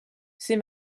ces